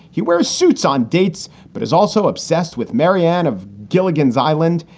he wears suits on dates, but is also obsessed with marijan of gilligan's island.